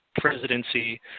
presidency